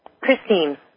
Christine